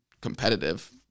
competitive